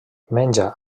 menja